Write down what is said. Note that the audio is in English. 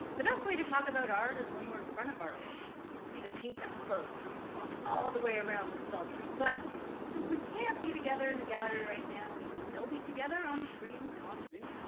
the best way to talk about art is when we're in front of artworks. we can see the paint up close or we can walk all the way around the sculptures, but since we can't be together in the gallery right now we can still be together on screens on zoom.